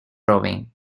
rowing